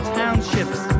townships